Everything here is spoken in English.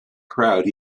crowd